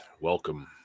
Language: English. welcome